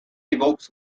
evokes